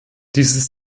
dieses